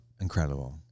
Incredible